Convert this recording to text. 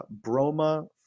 broma